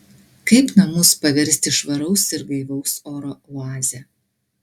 kaip namus paversti švaraus ir gaivaus oro oaze